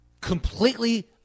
completely